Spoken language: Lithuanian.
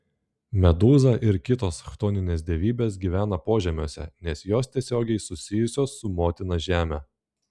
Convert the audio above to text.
medūza ir kitos chtoninės dievybės gyvena požemiuose nes jos tiesiogiai susijusios su motina žeme